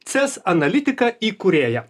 ces analitika įkūrėja